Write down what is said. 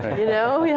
you know? yeah